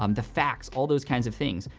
um the facts, all those kinds of things.